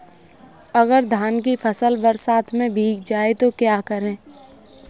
अगर धान की फसल बरसात में भीग जाए तो क्या करें?